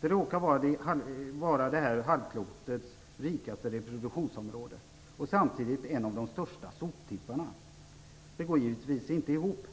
Det råkar vara det här halvklotets rikaste reproduktionsområde och samtidigt en av de största soptipparna. Det går givetvis inte ihop.